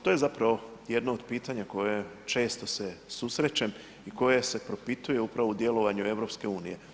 To je zapravo jedno od pitanja koje često se susrećem i koje se propituje upravo u djelovanju EU.